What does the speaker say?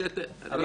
השעית את זה.